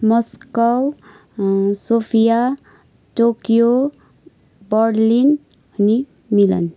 Moscow Sofia Tokyo Berlin अनि मिलन